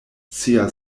sia